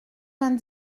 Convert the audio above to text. vingt